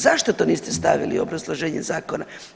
Zašto to niste stavili u obrazloženje zakona?